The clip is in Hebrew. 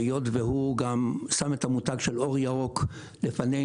והיות שהוא גם שם את המותג של אור ירוק לפנינו,